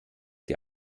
der